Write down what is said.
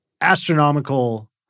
astronomical